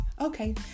okay